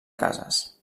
cases